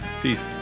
Peace